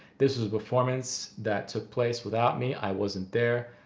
this is a performance that took place without me, i wasn't there.